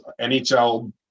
NHL